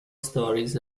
storeys